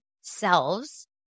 selves